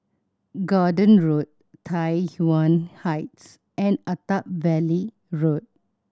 Gordon Road Tai Yuan Heights and Attap Valley Road